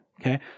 okay